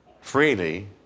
freely